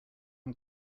him